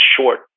short